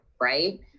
right